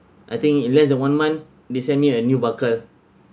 I think in less than one month they send me a new barker